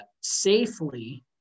safely